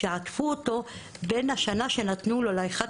שעטפו אותו בין השנה שנתנו לו ל-11